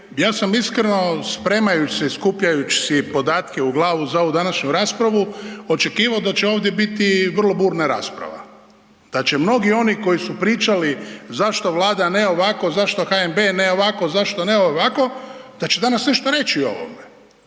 Ja sam iskreno spremajuć se i skupljajuć si podatke u glavu za ovu današnju raspravu očekivo da će ovdje biti vrlo burna rasprava, da će mnogi oni koji su pričali zašto Vlada ne ovako, zašto HNB ne ovako, zašto ne ovako, da će danas nešto reći o ovome.